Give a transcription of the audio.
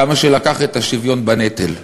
כמה שלקח את השוויון בנטל: